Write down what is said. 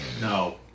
No